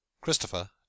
Christopher